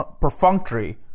perfunctory